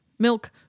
milk